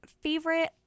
favorite